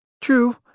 True